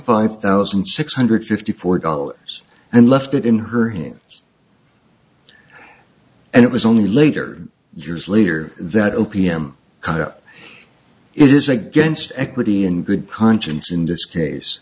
five thousand six hundred fifty four dollars and left it in her hands and it was only later years later that o p m kyra it is against equity in good conscience in this case